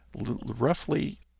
roughly